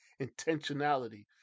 intentionality